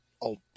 old